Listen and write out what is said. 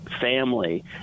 family